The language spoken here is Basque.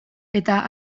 eta